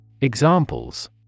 Examples